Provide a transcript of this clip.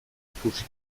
ikusi